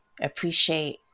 appreciate